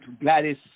Gladys